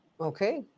Okay